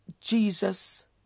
Jesus